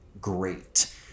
great